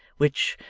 which,